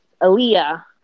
Aaliyah